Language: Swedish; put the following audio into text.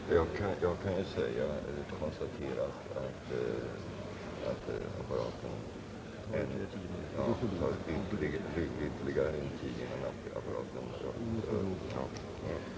Apparaten fungerar som synes ännu inte, och det lär enligt uppgift dröja ytterligare fem å tio minuter, innan omröstningsresultat kan registreras.